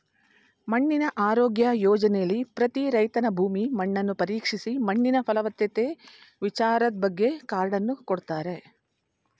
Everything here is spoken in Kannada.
ಮಣ್ಣಿನ ಆರೋಗ್ಯ ಯೋಜನೆಲಿ ಪ್ರತಿ ರೈತನ ಭೂಮಿ ಮಣ್ಣನ್ನು ಪರೀಕ್ಷಿಸಿ ಮಣ್ಣಿನ ಫಲವತ್ತತೆ ವಿಚಾರದ್ಬಗ್ಗೆ ಕಾರ್ಡನ್ನು ಕೊಡ್ತಾರೆ